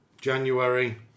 January